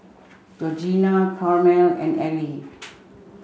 Georgina Carmel and Eli